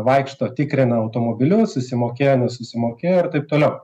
vaikšto tikrina automobilius susimokėjo nesusimokėjo ir taip toliau